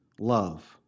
love